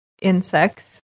insects